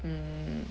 hmm